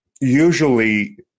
usually